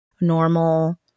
normal